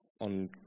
on